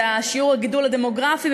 זה שיעור הגידול הדמוגרפי,